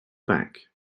back